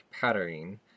patterning